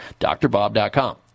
drbob.com